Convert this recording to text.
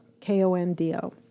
K-O-N-D-O